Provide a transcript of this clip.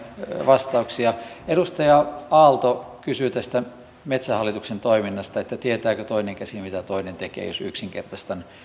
vastauksia edustaja aalto kysyi tästä metsähallituksen toiminnasta tietääkö toinen käsi mitä toinen tekee jos yksinkertaistan